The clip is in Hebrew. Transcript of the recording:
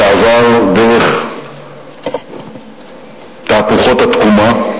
שעבר דרך תהפוכות התקומה,